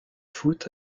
foot